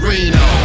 Reno